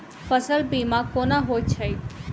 फसल बीमा कोना होइत छै?